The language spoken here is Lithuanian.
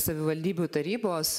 savivaldybių tarybos